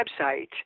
website